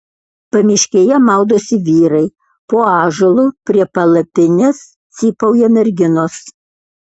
pamiškėje maudosi vyrai po ąžuolu prie palapinės cypauja merginos